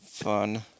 fun